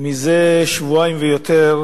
זה שבועיים ויותר,